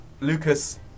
Lucas